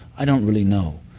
i don't really know.